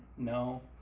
no,